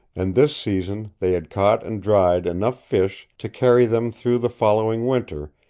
and this season they had caught and dried enough fish to carry them through the following winter,